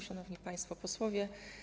Szanowni Państwo Posłowie!